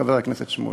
חבר הכנסת שמולי.